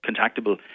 contactable